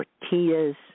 tortillas